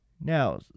Now